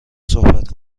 صحبت